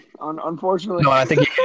unfortunately